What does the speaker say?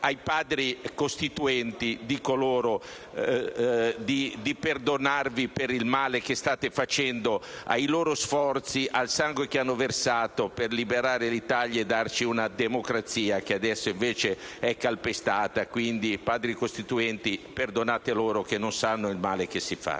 ai Padri costituenti chiedendo loro di perdonarvi per il male che state facendo ai loro sforzi e al sangue che hanno versato per liberare l'Italia e darci una democrazia che adesso viene calpestata. Padri costituenti, perdonate loro che non sanno il male che fanno!